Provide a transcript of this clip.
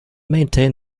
maintain